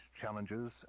challenges